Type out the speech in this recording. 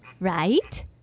right